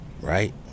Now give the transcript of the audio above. Right